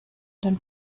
den